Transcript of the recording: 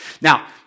Now